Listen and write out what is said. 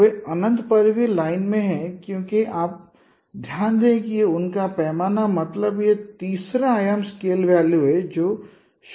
वे अनंत पर भी लाइन में हैं क्योंकि आप ध्यान दें कि उनका पैमाना मतलब यह तीसरा आयाम स्केल वैल्यू है जो 0 है